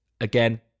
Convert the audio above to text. again